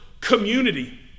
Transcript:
community